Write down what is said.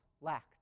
lacked